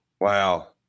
wow